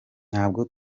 ntabwo